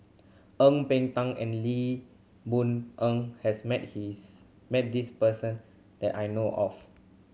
Ang Peng Tiam and Lee Boon Ngan has met his met this person that I know of